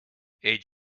eet